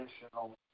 additional